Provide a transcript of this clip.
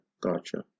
gotcha